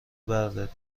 بردارید